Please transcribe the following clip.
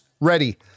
ready